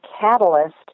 catalyst